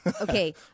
Okay